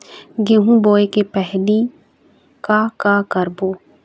गेहूं बोए के पहेली का का करबो?